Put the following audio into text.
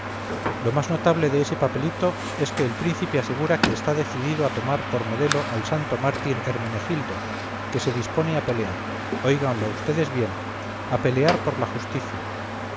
lo más notable de este papelito es que el príncipe asegura que está decidido a tomar por modelo al santo mártir hermenegildo que se dispone a pelear óiganlo vds bien a pelear por la justicia